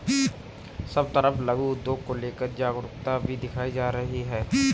सब तरफ लघु उद्योग को लेकर जागरूकता भी दिखाई जा रही है